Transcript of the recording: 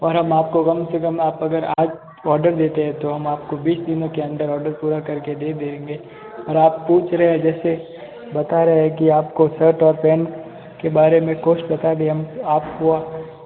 और हम आपको कम से कम आप अगर आज ऑर्डर देते हैं तो हम आपको बीस दिनों के अंदर ऑर्डर पूरा करके दे देंगे और आप पूछ रहें जैसे बता रहे कि आपको शर्ट और पैन्ट के बारे में कोस्ट बता दिया आप वो